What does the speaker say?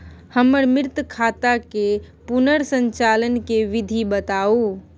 हमर मृत खाता के पुनर संचालन के विधी बताउ?